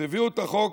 אז הביאו את החוק,